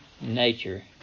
nature